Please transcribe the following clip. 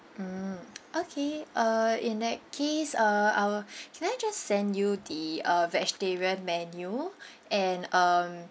mm okay uh in that case I will can I just sent you the uh vegetarian menu and um